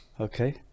Okay